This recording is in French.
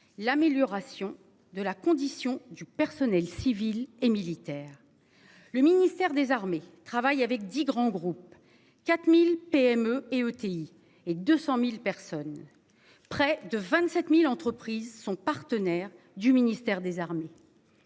l'amélioration de la condition du personnel civil et militaire. Le ministère des Armées travaille avec 10 grands groupes, 4000 PME et ETI et 200.000 personnes. Près de 27.000 entreprises sont partenaires du ministère des Armées.